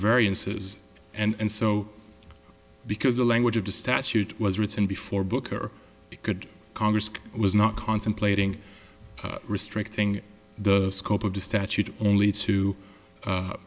variances and so because the language of the statute was written before booker could congress was not contemplating restricting the scope of the statute only to